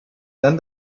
then